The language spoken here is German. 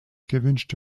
gewünschte